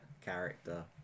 character